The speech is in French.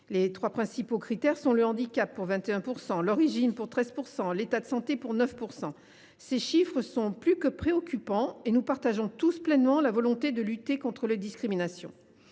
Les trois principaux critères sont le handicap, pour 21 %, l’origine, pour 13 %, et l’état de santé, pour 9 %. Ces chiffres sont plus que préoccupants et nous partageons tous pleinement la volonté de lutter contre les discriminations.